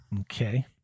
Okay